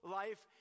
life